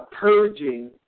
purging